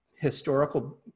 historical